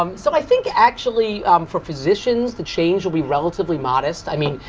um so i think actually for physicians, the change will be relatively modest. i mean,